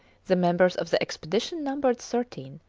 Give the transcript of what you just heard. the members of the expedition numbered thirteen,